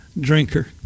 drinker